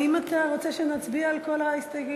האם אתה רוצה שנצביע על כל ההסתייגויות?